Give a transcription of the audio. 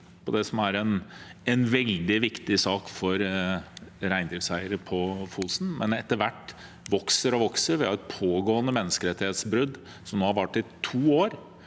som er en veldig viktig sak for reindriftseiere på Fosen, og som etter hvert vokser og vokser. Det er et pågående menneskerettighetsbrudd, det har vart i to år,